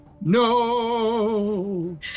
No